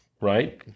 right